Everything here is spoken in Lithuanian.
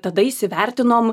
tada įsivertinom